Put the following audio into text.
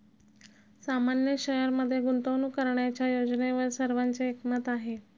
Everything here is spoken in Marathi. सामान्य शेअरमध्ये गुंतवणूक करण्याच्या योजनेवर सर्वांचे एकमत आहे